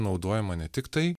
naudojama ne tiktai